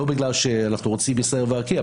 לא בגלל שאנחנו רוצים ישראייר וארקיע,